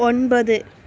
ஒன்பது